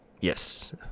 Yes